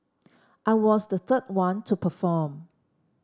I was the third one to perform